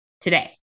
today